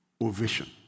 ovation